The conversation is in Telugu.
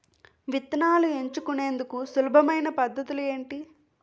విత్తనాలను ఎంచుకునేందుకు సులభమైన పద్ధతులు ఏంటి?